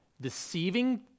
deceiving